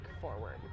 forward